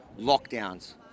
lockdowns